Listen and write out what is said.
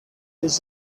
and